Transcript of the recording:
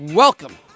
Welcome